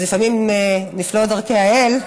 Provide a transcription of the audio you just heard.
לפעמים נפלאות דרכי האל.